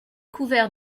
couvert